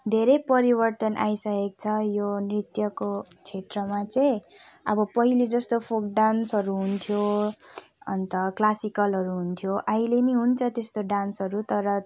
धेरै परिवर्तन आइसकेको छ यो नृत्यको क्षेत्रमा चाहिँ अब पहिले जस्तो फोल्क डान्सहरू हुन्थ्यो अन्त क्लासिकलहरू हुन्थ्यो अहिले पनि हुन्छ त्यस्तो डान्सहरू तर